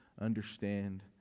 understand